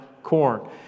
corn